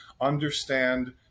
understand